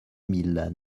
mille